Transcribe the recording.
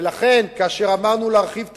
ולכן, כאשר אמרנו להרחיב תקציב,